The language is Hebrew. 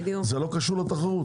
זה לא קשור לתחרות.